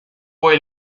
fue